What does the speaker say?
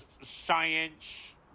science